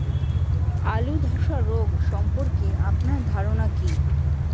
আলু ধ্বসা রোগ সম্পর্কে আপনার ধারনা কী?